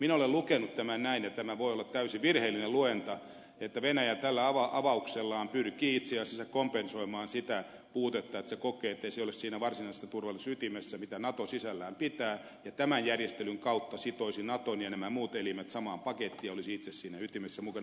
minä olen lukenut tämän näin ja tämä voi olla täysin virheellinen luenta että venäjä tällä avauksellaan pyrkii itse asiassa kompensoimaan sitä puutetta että se kokee ettei se ole siinä varsinaisessa turvallisuusytimessä mitä nato sisällään pitää ja tämän järjestelyn kautta sitoisi naton ja nämä muut elimet samaan pakettiin ja olisi itse siinä ytimessä mukana